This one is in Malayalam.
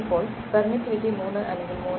ഇപ്പോൾ പെർമിറ്റിവിറ്റി 3 അല്ലെങ്കിൽ 3